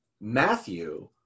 Matthew